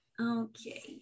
Okay